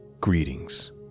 Greetings